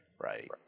Right